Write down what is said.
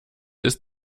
ist